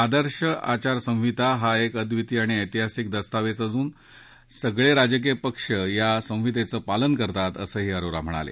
आदर्श आचार संहिता हा एक अद्वितीय आणि ऐतिहासिक दस्तावेज असून सगळे राजकीय पक्ष या संहितेचं पालन करतात असंही अरोरा म्हणाले